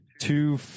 Two